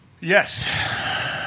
Yes